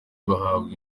bahabwa